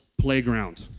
playground